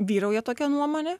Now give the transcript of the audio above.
vyrauja tokia nuomonė